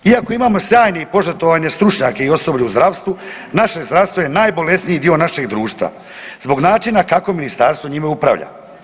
Iako imamo sjajne i požrtvovane stručnjake i osobe u zdravstvu, naše zdravstvo je najbolesniji dio našeg društva zbog načina kako ministarstvo njima upravlja.